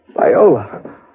Viola